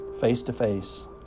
face-to-face